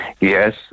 Yes